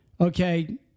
okay